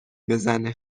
بزنه